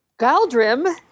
Galdrim